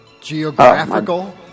Geographical